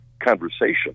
conversation